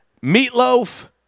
Meatloaf